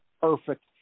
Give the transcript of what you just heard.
perfect